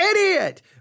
idiot